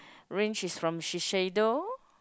range is from Shiseido